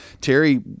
Terry